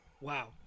Wow